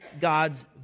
God's